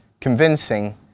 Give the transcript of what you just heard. convincing